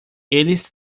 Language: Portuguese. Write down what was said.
eles